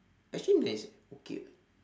actually nice eh okay [what]